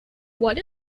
what